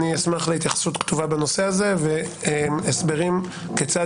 אשמח להתייחסות כתובה בנושא הזה והסברים כיצד